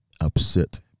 Upset